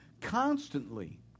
constantly